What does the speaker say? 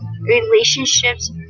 relationships